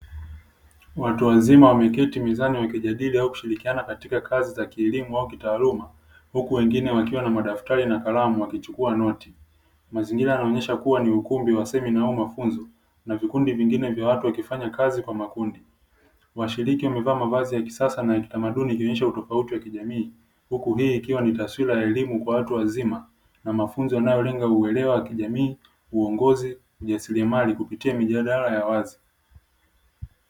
Watuwazima wameketi mezani wakijadili au kushirikiana katika kazi za kilimo au kitaaluma huku wengine wakiwa na madaftari na kalamu wakichukua noti, mazingira yanaonyesha kuwa ni ukumbi wa semina au mafunzo na vikundi vingine vya watu wakifanya kazi kwa makundi. Washiriki wamevaa mavazi ya kisasa na kitamaduni ikionyesha utofauti wa kijamii huku hii ikiwa ni taswira ya elimu kwa watu wazima na mafunzo yanayolenga uelewa wa kijamii, uongozi, ujasiriamali kupitia mijadala ya wazi.